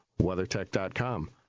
WeatherTech.com